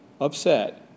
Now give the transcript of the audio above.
upset